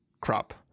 crop